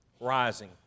rising